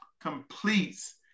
completes